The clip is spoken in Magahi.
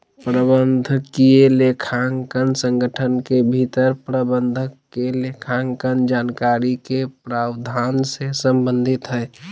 प्रबंधकीय लेखांकन संगठन के भीतर प्रबंधक के लेखांकन जानकारी के प्रावधान से संबंधित हइ